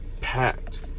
packed